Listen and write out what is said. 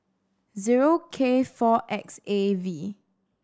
zero K four X A V